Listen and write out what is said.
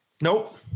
nope